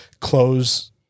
close